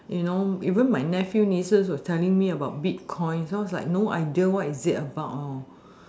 you know my nephew nieces are telling me about bitcoins so I was like no idea what is it about